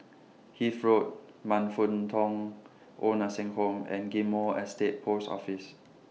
Hythe Road Man Fut Tong Old Nursing Home and Ghim Moh Estate Post Office